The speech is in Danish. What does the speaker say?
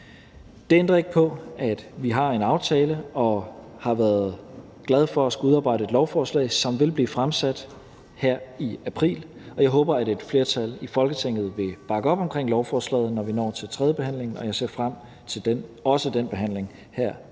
Det ændrer ikke på, at vi har en aftale og har været glade for at skulle udarbejde et lovforslag, som vil blive fremsat her i april. Jeg håber, at et flertal i Folketinget vil bakke op omkring lovforslaget, når vi når til tredjebehandlingen, og jeg ser frem til også den behandling her i